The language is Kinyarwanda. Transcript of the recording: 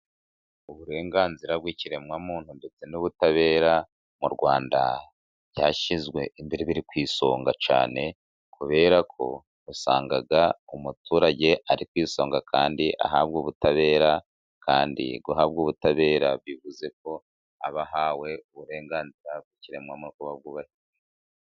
Uburenganzira bw'ikiremwamuntu ndetse n'ubutabera mu Rwanda, byashyizwe imbere, biri ku isonga cyane, kubera ko usanga umuturage ari ku isonga kandi ahabwe ubutabera, kandi guhabwa ubutabera, bivuze ko aba ahawe uburenganzira bw'ikiremwamu buba bwubahirijwe.